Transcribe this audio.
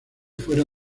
fuera